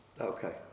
Okay